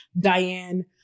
Diane